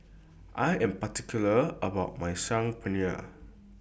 I Am particular about My Saag Paneer